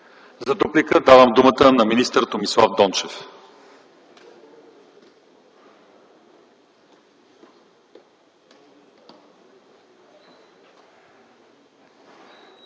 За дуплика давам думата на министър Томислав Дончев.